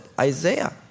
Isaiah